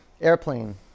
Airplane